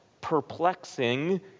perplexing